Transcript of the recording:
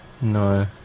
no